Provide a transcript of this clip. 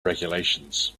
regulations